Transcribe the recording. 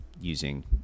using